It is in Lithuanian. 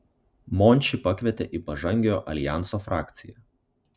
mončį pakvietė į pažangiojo aljanso frakciją